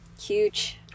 Huge